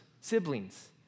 siblings